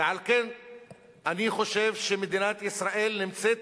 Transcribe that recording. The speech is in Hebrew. ועל כן אני חושב שמדינת ישראל נמצאת